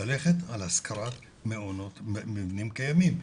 ללכת על השכרת מבנים קיימים,